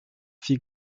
fit